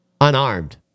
Unarmed